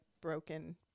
broken